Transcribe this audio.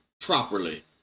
properly